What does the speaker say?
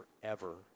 forever